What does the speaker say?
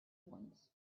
once